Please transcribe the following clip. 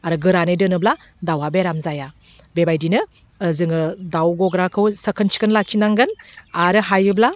आरो गोरानै दोनोब्ला दाउवा बेराम जाया बेबायदिनो जोङो दाउ गग्राखौ साखोन सिखोन लाखिनांगोन आरो हायोब्ला